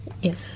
Yes